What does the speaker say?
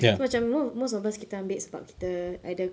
so macam most of us kita ambil sebab kita either